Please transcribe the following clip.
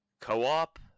co-op